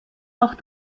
auch